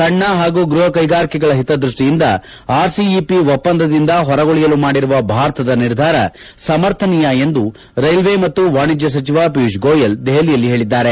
ಸಣ್ಣ ಹಾಗೂ ಗ್ವಹ ಕೈಗಾರಿಕೆಗಳ ಹಿತದ್ವಡ್ಸಿಯಿಂದ ಆರ್ಸಿಇಪಿ ಒಪ್ಪಂದದಂದ ಹೊರಗುಳಿಯಲು ಮಾಡಿರುವ ಭಾರತದ ನಿರ್ಧಾರ ಸಮರ್ಥನೀಯ ಎಂದು ರೈಲ್ವೇ ಮತ್ತು ವಾಣಿಜ್ಯ ಸಚಿವ ಪಿಯೂಷ್ ಗೋಯಲ್ ದೆಹಲಿಯಲ್ಲಿ ಹೇಳಿದ್ದಾರೆ